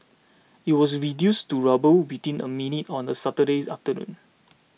it was reduced to rubble within a minute on the Saturday's afternoon